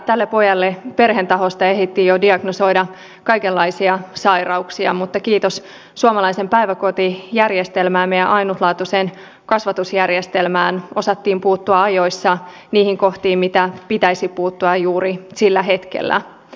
tälle pojalle perheen taholta ehdittiin jo diagnosoida kaikenlaisia sairauksia mutta kiitos suomalaisen päiväkotijärjestelmän meidän ainutlaatuisen kasvatusjärjestelmän osattiin puuttua ajoissa niihin kohtiin mihin pitäisi puuttua juuri sillä hetkellä